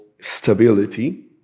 stability